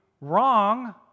wrong